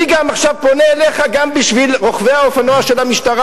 אני עכשיו פונה אליך גם בשביל רוכבי האופנוע של המשטרה.